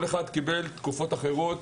כל אחד קיבלת תקופה אחרת,